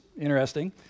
interesting